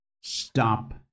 Stop